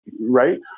right